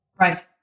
Right